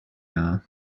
are